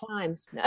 times